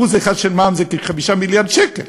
1% של מע"מ זה כ-5 מיליארד שקל.